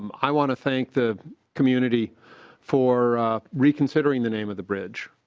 um i want to thank the community for reconsidering the name of the bridge.